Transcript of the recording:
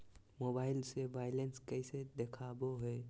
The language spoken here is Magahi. मोबाइल से बायलेंस कैसे देखाबो है?